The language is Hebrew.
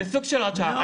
זה סוג של הוראת שעה,